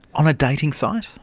on a dating site?